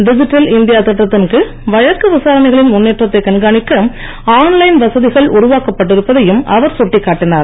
டிதிட்டல் India திட்டத்தின் கீழ் வழக்கு விசாரணைகளின் முன்னேற்றத்தை கண்காணிக்க ஆன் லைன் வசதிகள் உருவாக்கப்பட்டிருப்பதையும் அவர் கட்டிக் காட்டினார்